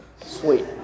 Sweet